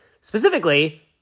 Specifically